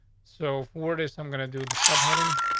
so for this, i'm going to do with subheading.